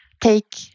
take